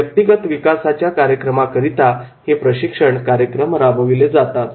व्यक्तिगत विकासाच्या कार्यक्रमाकरिता हे प्रशिक्षण कार्यक्रम राबवले जातात